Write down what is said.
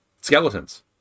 skeletons